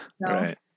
Right